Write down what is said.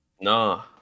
no